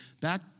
back